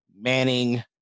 Manning